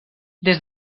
des